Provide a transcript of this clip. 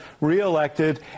reelected